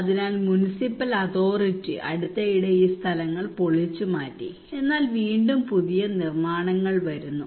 അതിനാൽ municipal authority അടുത്തിടെ ഈ സ്ഥലങ്ങൾ പൊളിച്ചുമാറ്റി എന്നാൽ വീണ്ടും പുതിയ നിർമ്മാണങ്ങൾ വരുന്നു